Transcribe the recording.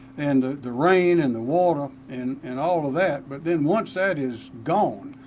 and the rain and the water and and all of that but then once that is gone,